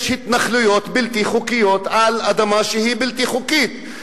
יש התנחלויות בלתי חוקיות על אדמה שהיא בלתי חוקית,